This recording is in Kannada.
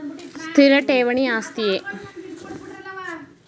ಸ್ಥಿರ ಠೇವಣಿ ಆಸ್ತಿಯೇ?